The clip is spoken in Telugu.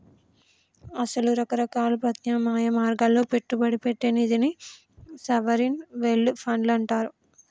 అసలు రకరకాల ప్రత్యామ్నాయ మార్గాల్లో పెట్టుబడి పెట్టే నిధిని సావరిన్ వెల్డ్ ఫండ్లు అంటారు